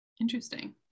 interesting